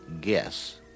Guess